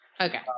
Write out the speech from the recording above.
Okay